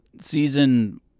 season